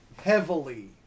heavily